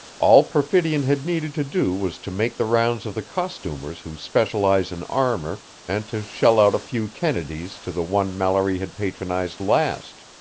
all perfidion had needed to do was to make the rounds of the costumers who specialized in armor, and to shell out a few kennedees to the one mallory had patronized last.